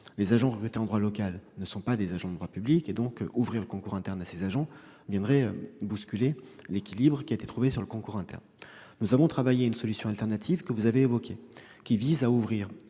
Les agents de droit local ne sont pas des agents de droit public et ouvrir un concours interne à ces agents viendrait bousculer l'équilibre des concours internes. Nous avons travaillé à une solution alternative, que vous avez évoquée : ouvrir